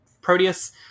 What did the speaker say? Proteus